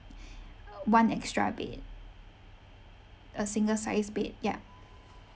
one extra bed a single-sized bed ya